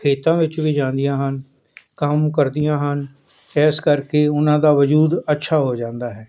ਖੇਤਾਂ ਵਿੱਚ ਵੀ ਜਾਂਦੀਆਂ ਹਨ ਕੰਮ ਕਰਦੀਆਂ ਹਨ ਇਸ ਕਰਕੇ ਉਨ੍ਹਾਂ ਦਾ ਵਜੂਦ ਅੱਛਾ ਹੋ ਜਾਂਦਾ ਹੈ